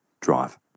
drive